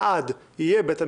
לעד יהיה בית המשפט.